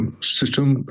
System